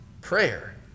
prayer